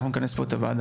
אנחנו נכנס פה את הוועדה.